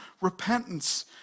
repentance